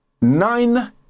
nine